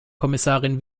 kommissarin